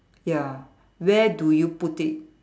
ya where do you put it